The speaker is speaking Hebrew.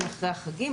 אחרי החגים,